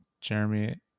Jeremy